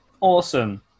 awesome